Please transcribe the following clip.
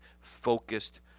focused